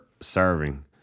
serving